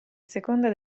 seconda